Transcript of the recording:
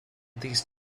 these